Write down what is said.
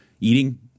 eating